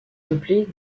peuplé